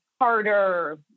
harder